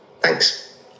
Thanks